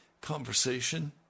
conversation